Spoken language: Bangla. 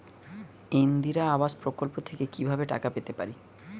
ইন্দিরা আবাস প্রকল্প থেকে কি ভাবে টাকা পেতে পারি?